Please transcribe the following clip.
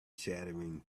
chattering